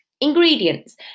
Ingredients